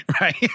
Right